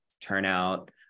turnout